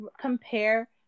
compare